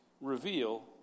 reveal